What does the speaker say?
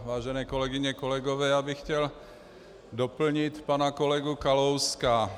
Vážené kolegyně a kolegové, já bych chtěl doplnit pana kolegu Kalouska.